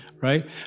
Right